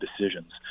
decisions